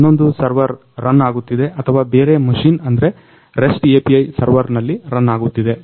ಇನ್ನೊಂದು server run ಆಗುತ್ತಿದೆ ಅಥವಾ ಬೇರೆ ಮಷಿನ್ ಅಂದ್ರೆ REST API ಸರ್ವೇರ್ನಲ್ಲಿ ರನ್ ಆಗುತ್ತಿದೆ